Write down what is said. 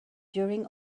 during